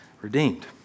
redeemed